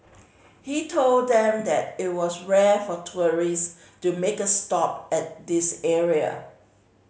he told them that it was rare for tourist to make a stop at this area